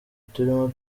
turimo